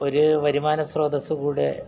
ഒരു വരുമാന സ്രോതസ്സ് കൂടെ